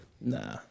Nah